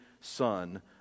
son